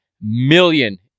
million